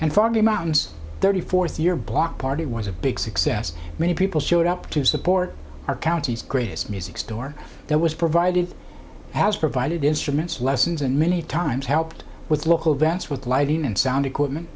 the mountains thirty fourth year block party was a big success many people showed up to support our county's greatest music store that was provided as provided instruments lessons and many times helped with local events with lighting and sound equipment